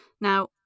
Now